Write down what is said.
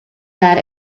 that